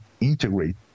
integrate